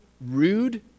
rude